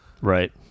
right